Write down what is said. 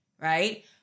right